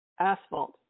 Asphalt